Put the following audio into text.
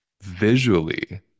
visually